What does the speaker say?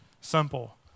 simple